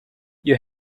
you